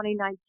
2019